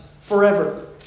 forever